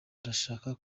ndashaka